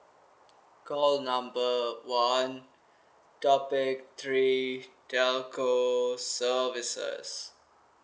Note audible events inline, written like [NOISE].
call number one topic three telco services [NOISE]